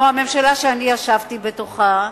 כמו הממשלה שאני ישבתי בתוכה,